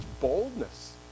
boldness